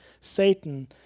Satan